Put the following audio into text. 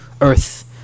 earth